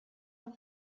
are